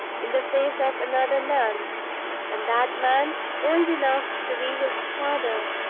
in the face of another man and that man old enough to be his father.